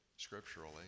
scripturally